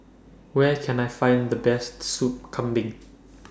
Where Can I Find The Best Soup Kambing